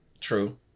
True